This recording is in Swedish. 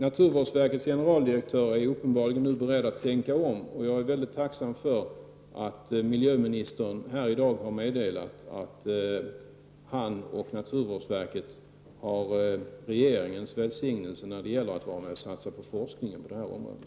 Naturvårdsverkets generaldirektör är nu uppenbarligen beredd att tänka om. Jag är tacksam för att miljöministern här i dag har meddelat att generaldirektören och naturvårdsverket har regeringens välsignelse när det gäller att vara med och satsa på forskningen på det här området.